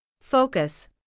Focus